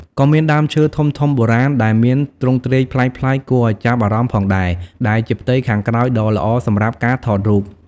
ក៏មានដើមឈើធំៗបុរាណដែលមានទ្រង់ទ្រាយប្លែកៗគួរឲ្យចាប់អារម្មណ៍ផងដែរ ដែលជាផ្ទៃខាងក្រោយដ៏ល្អសម្រាប់ការថតរូប។